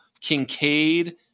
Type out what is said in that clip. Kincaid